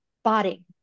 spotting